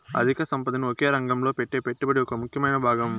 అధిక సంపదని ఒకే రంగంలో పెట్టే పెట్టుబడి ఒక ముఖ్యమైన భాగం